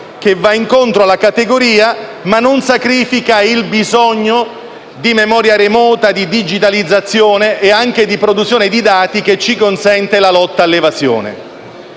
che va incontro alla categoria, ma non sacrifica il bisogno di memoria remota, di digitalizzazione e anche di produzione di dati che consente la lotta all'evasione.